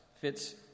fits